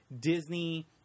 Disney